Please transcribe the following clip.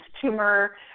tumor